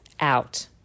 out